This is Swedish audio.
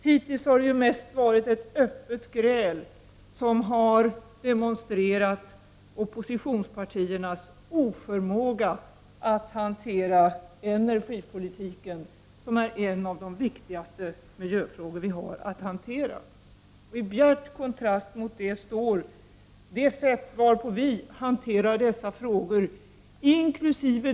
Hittills har det mest varit ett öppet gräl som har demonstrerat oppositionspartiernas oförmåga att hantera energipolitiken, som är en av de viktigaste miljöfrågor vi har att handlägga. I bjärt kontrast mot det står det sätt varpå vi hanterar dessa frågor, inkl.